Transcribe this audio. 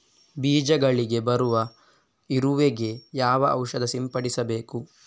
ಬೀಜಗಳಿಗೆ ಬರುವ ಇರುವೆ ಗೆ ಯಾವ ಔಷಧ ಸಿಂಪಡಿಸಬೇಕು?